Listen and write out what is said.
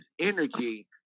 energy